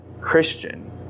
Christian